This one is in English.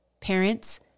Parents